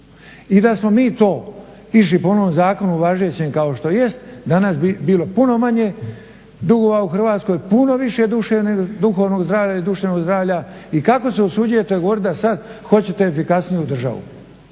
I da smo mi to išli po onom zakonu važećem kao što jest danas bi bilo puno manje dugova u Hrvatskoj, puno više duhovnog zdravlja i duševnog zdravlja. I kako se usuđujete govoriti da sada hoćete efikasniju državu.